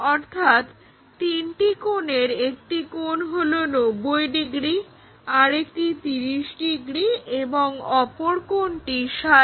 অর্থাৎ তিনটি কোণের একটি কোণ হলো 90° আরেকটি কোণ 30° এবং অপর কোনটি 60°